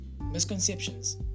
misconceptions